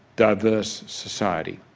diverse society.